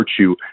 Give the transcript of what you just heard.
virtue